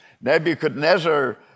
Nebuchadnezzar